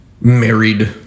married